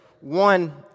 one